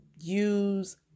use